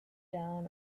down